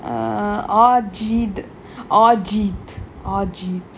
ah